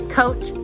coach